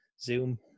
zoom